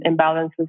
imbalances